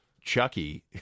Chucky